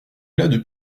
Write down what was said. l’anglais